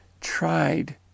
tried